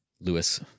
Lewis